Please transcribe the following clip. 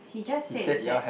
he just said that